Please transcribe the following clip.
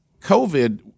COVID